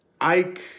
Ike